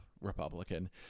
republican